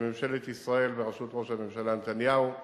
שממשלת ישראל בראשות ראש הממשלה נתניהו אישרה,